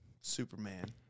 Superman